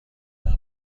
جفت